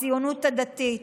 הציונות הדתית,